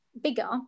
bigger